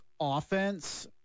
offense